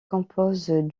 compose